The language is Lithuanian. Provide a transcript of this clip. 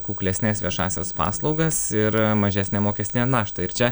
kuklesnes viešąsias paslaugas ir mažesnę mokestinę naštą ir čia